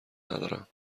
ندارم